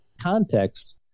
context